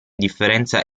differenza